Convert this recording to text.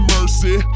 Mercy